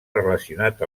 relacionat